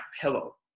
pillow